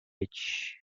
age